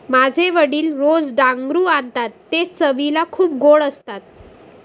माझे वडील रोज डांगरू आणतात ते चवीला खूप गोड असतात